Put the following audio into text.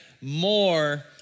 more